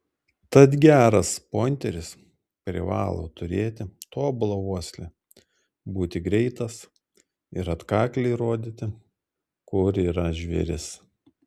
tad geras pointeris privalo turėti tobulą uoslę būti greitas ir atkakliai rodyti kur yra žvėris